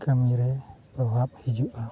ᱠᱟᱹᱢᱤᱨᱮ ᱯᱨᱚᱵᱷᱟᱵᱽ ᱦᱤᱡᱩᱜᱼᱟ